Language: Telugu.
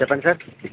చెప్పండి సార్